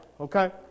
Okay